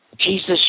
Jesus